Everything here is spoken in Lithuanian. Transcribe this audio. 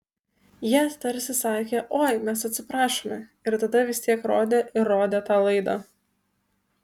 jie tarsi sakė oi mes atsiprašome ir tada vis tiek rodė ir rodė tą laidą